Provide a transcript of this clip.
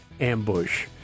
ambush